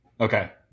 Okay